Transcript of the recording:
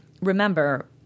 Remember